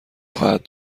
خواهد